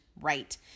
right